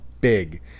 big